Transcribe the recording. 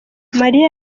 mariya